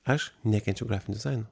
aš nekenčiau grafinio dizaino